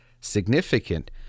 significant